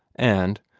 and,